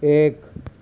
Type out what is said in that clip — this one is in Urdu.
ایک